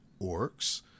orcs